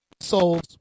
souls